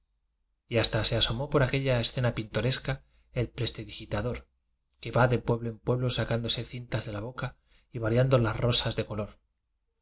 y hasta se asomó por aquella escena pintoresca el prestidigitador que va de pueblo en pueblo sacándose cin tas de la boca y variando las rosas de co